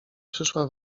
przyszła